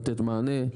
לתת מענה.